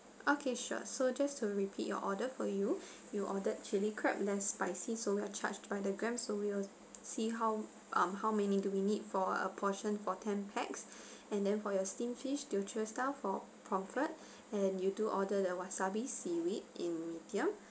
okay sure so just to repeat your order for you you ordered chilli crab less spicy so we are charged by the gram so we'll see how um how many do we need for a portion for ten pax and then for your steam fish teochew style for pomfret and you do order that wasabi seaweed in medium